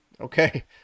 Okay